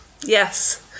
Yes